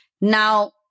Now